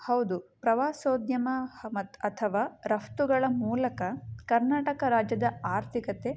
ಹೌದು ಪವಾಸೋದ್ಯಮ ಮತ್ ಅಥವಾ ರಫ್ತುಗಳ ಮೂಲಕ ಕರ್ನಾಟಕ ರಾಜ್ಯದ ಆರ್ಥಿಕತೆ